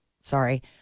Sorry